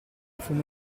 fumo